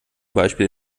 beispiel